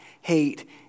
hate